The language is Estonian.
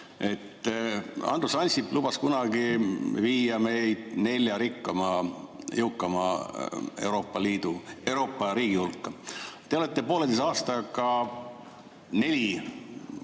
Andrus Ansip lubas kunagi viia meid nelja rikkama, jõukama Euroopa riigi hulka. Te olete pooleteise aastaga neli